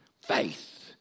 Faith